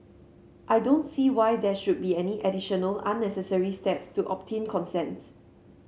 I don't see why there should be any additional unnecessary steps to obtain consent